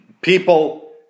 people